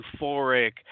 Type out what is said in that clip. euphoric